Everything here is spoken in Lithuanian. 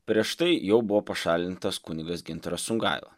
prieš tai jau buvo pašalintas kunigas gintaras songaila